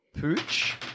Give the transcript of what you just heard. Pooch